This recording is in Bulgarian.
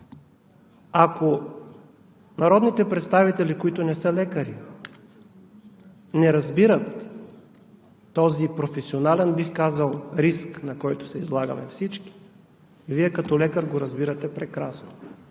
Ако народните представители, които не са лекари, не разбират този професионален, бих казал, риск, на който се излагаме всички, Вие като лекар го разбирате прекрасно,